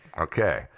Okay